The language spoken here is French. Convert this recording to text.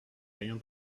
rien